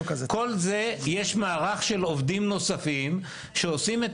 כל זה יש מערך של עובדים נוספים שעושים את